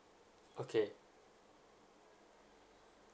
okay